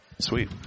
Sweet